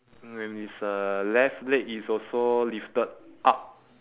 and his uh left leg is also lifted up